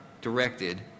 directed